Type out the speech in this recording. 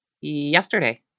yesterday